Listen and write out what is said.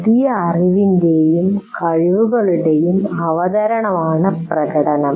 പുതിയ അറിവിന്റെയും കഴിവുകളുടെയും അവതരണമാണ് പ്രകടനം